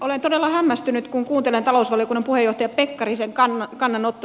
olen todella hämmästynyt kun kuuntelen talousvaliokunnan puheenjohtaja pekkarisen kannanottoja